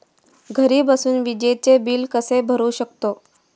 घरी बसून विजेचे बिल कसे भरू शकतो?